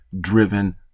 driven